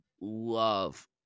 love